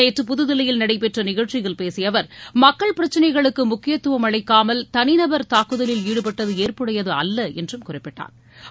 நேற்று புதுதில்லியில் நடைபெற்ற நிகழ்ச்சியில் பேசிய அவர் மக்கள் பிரச்சினைகளுக்கு முக்கியத்துவம் அளிக்காமல் தனிநபா் தாக்குதலில் ஈடுபட்டது ஏற்புடையது அல்ல என்றும் குறிப்பிட்டாா்